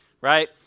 right